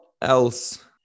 else